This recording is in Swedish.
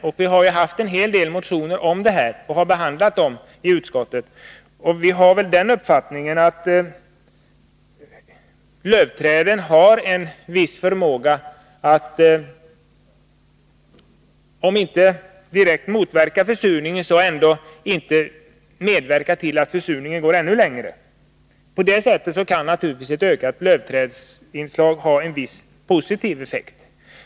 Det har väckts en hel del motioner i denna fråga, och dessa motioner har behandlats i utskottet. Vi har väl den uppfattningen att lövträden har en viss förmåga att om inte direkt motverka försurningen så ändå inte medverka till att försurningen blir värre. På det sättet kan naturligtvis ett ökat inslag av lövträd ha en viss positiv effekt.